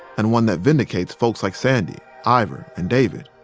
and one that vindicates folks like sandy, ivor, and david